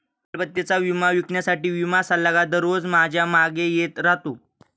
मालमत्तेचा विमा विकण्यासाठी विमा सल्लागार दररोज माझ्या मागे येत राहतो